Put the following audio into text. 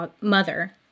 mother